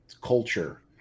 culture